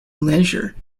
leisure